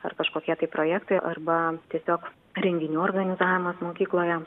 ar kažkokie tai projektai arba tiesiog renginių organizavimas mokykloje